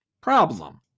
problem